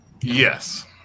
yes